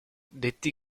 detti